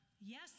Yes